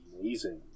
amazing